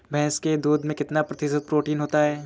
भैंस के दूध में कितना प्रतिशत प्रोटीन होता है?